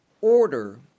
order